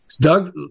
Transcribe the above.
Doug